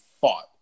fought